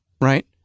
right